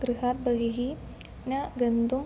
गृहात् बहिः न गन्तुम्